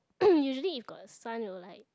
usually if got sun it will like